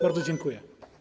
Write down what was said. Bardzo dziękuję.